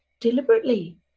deliberately